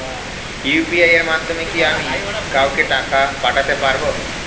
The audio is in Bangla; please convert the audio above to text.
ইউ.পি.আই এর মাধ্যমে কি আমি কাউকে টাকা ও পাঠাতে পারবো?